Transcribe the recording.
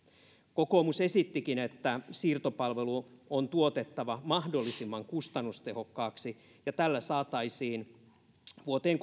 kokoomus esittikin että siirtopalvelu on tuotettava mahdollisimman kustannustehokkaasti ja tällä saataisiin vuoteen